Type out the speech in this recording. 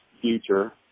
future